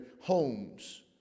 homes